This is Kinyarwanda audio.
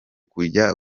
kujya